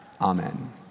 Amen